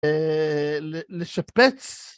לשפץ